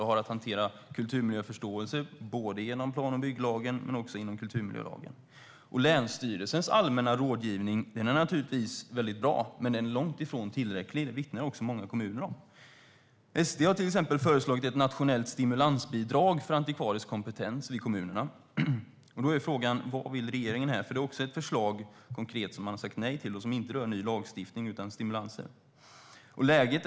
De har att hantera kulturmiljöförståelse både enligt plan och bygglagen men också enligt kulturmiljölagen. Länsstyrelsernas allmänna rådgivning är naturligtvis väldigt bra. Men den är långt ifrån tillräcklig. Det vittnar också många kommuner om. SD har till exempel föreslagit ett nationellt stimulansbidrag för antikvarisk kompetens i kommunerna. Frågan är: Vad vill regeringen här? Det är ett konkret förslag som man har sagt nej till som inte rör ny lagstiftning utan stimulanser. Läget är allvarligt.